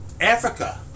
Africa